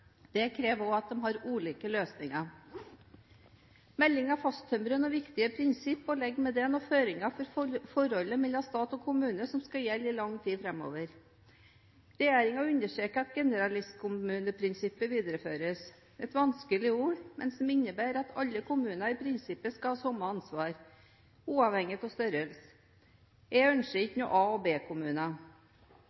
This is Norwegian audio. Det krever også at de har ulike løsninger. Meldingen fasttømrer noen viktige prinsipper, og legger med det noen føringer for forholdet mellom stat og kommune som skal gjelde i lang tid framover. Regjeringen understreker at generalistkommuneprinsippet videreføres – et vanskelig ord, med det innebærer at alle kommuner i prinsippet skal ha samme ansvar, uavhengig av størrelse. Jeg ønsker